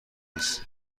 نیست